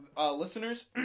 listeners